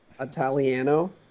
Italiano